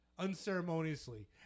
unceremoniously